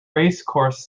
racecourse